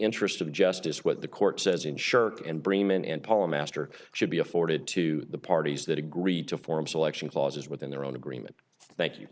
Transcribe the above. interest of justice what the court says in shirt and braman and palm master should be afforded to the parties that agreed to form selection causes within their own agreement thank you